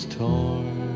torn